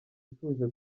ituje